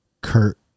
Kurt